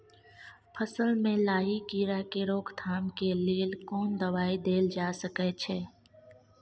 फसल में लाही कीरा के रोकथाम के लेल कोन दवाई देल जा सके छै?